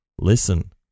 Listen